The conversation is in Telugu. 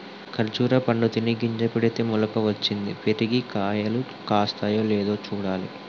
ఖర్జురా పండు తిని గింజ పెడితే మొలక వచ్చింది, పెరిగి కాయలు కాస్తాయో లేదో చూడాలి